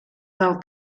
del